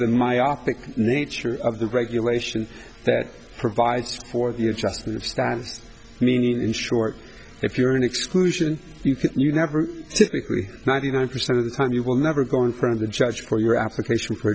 the myopic nature of the regulation that provides for the adjustment of status meaning in short if you're an exclusion you never typically ninety nine percent of the time you will never go in front of the judge for your application for